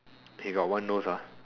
he got one nose ah